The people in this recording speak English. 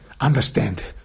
understand